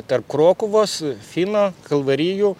tarp krokuvos fino kalvarijų